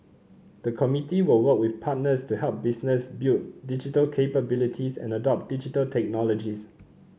the committee will work with partners to help businesses build digital capabilities and adopt Digital Technologies